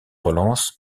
relance